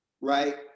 right